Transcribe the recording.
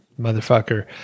motherfucker